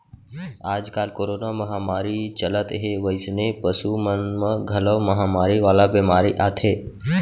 आजकाल कोरोना महामारी चलत हे वइसने पसु मन म घलौ महामारी वाला बेमारी आथे